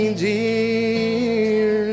dear